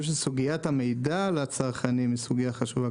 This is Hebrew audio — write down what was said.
שסוגיית המידע לצרכנים היא סוגיה חשובה.